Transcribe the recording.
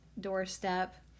doorstep